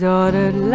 ordered